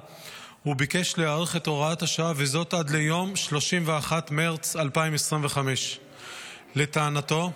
וביקש להאריך את הוראת השעה וזאת עד ליום 31 במרץ 2025. לטענתו,